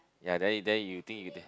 ya then you then you think you